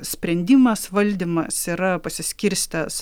sprendimas valdymas yra pasiskirstęs